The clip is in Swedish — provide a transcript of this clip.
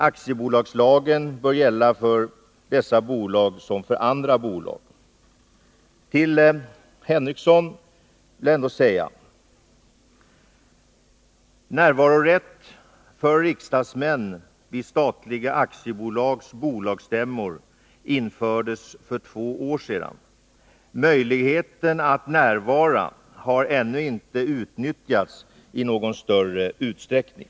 Aktiebolagslagen bör gälla lika för alla bolag. Till Sven Henricsson vill jag säga följande. Närvarorätt för riksdagsmän vid statliga aktiebolags bolagstämmor infördes för två år sedan. Möjligheten att närvara har ännu inte utnyttjats i någon större utsträckning.